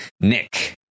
Nick